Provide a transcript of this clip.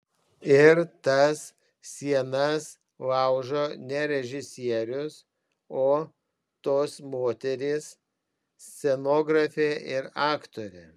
ir tas sienas laužo ne režisierius o tos moterys scenografė ir aktorė